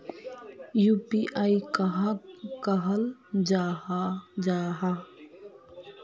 UPI कहाक कहाल जाहा जाहा?